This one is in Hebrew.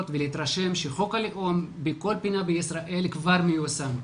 ולהתרשם שחוק הלאום בכל פינה בישראל כבר מיושם.